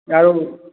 ଆଉ